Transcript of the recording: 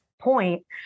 point